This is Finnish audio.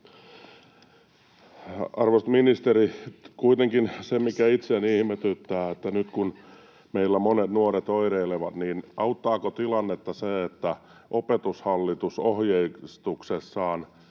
Arvoisa ministeri! Kuitenkin, mikä itseäni ihmetyttää, on se, että nyt kun meillä monet nuoret oireilevat, niin auttaako tilannetta se, että Opetushallitus ohjeistuksessaan